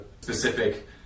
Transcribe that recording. specific